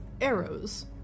arrows